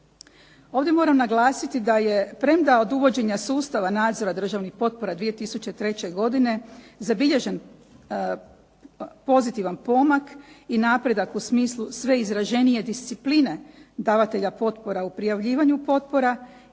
Ovdje moram naglasiti da je, premda od uvođenja sustava nadzora državnih potpora 2003. godine, zabilježen pozitivan pomak i napredak u smislu sve izraženije discipline davatelja potpora u prijavljivanju potpora,